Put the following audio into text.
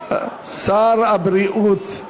שר הבריאות,